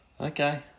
Okay